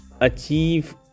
Achieve